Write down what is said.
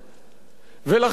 ולכן דרשנו,